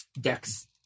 dex